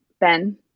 Ben